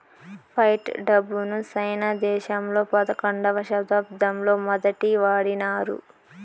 fight డబ్బును China దేశంలో పదకొండవ శతాబ్దంలో మొదటి వాడినారు